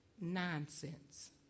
nonsense